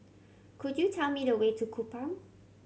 could you tell me the way to Kupang